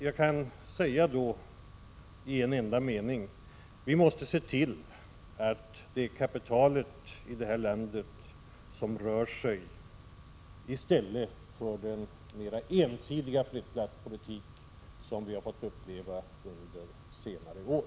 Jag kan säga det i en enda mening: Vi måste se till att det blir kapitalet i det här landet som rör sig och att man upphör med den mera ensidiga flyttlasspolitik som vi har fått uppleva under senare år.